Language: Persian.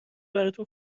براتون